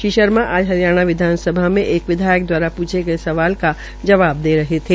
श्री शर्मा आज हरियाणा विधानसभा में एक विधायक द्वारा पूछे गये सवाल का जवाब दे रहे थे